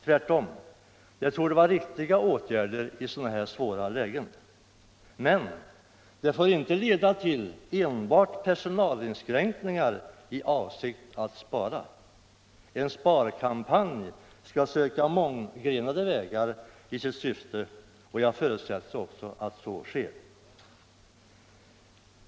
Tvärtom, det torde vara riktiga åtgärder i sådana här svåra lägen. Men det får inte leda enbart till personalinskränkningar i avsikt att spara. En sparkampanj skall söka mång Allmänpolitisk debatt Allmänpolitisk debatt 190 grenade vägar i sitt syfte och jag förutsätter också att så sker.